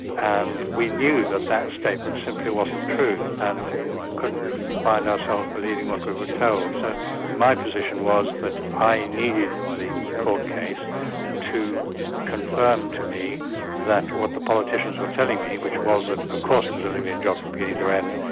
and we knew that that statement simply wasn't true, and we couldn't find ourselves believing what we were told. so my position was that but i needed the court case to confirm to me that what the politicians were telling me, which was that of course it was a libyan job from beginning to end,